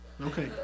Okay